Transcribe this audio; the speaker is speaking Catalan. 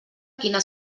quina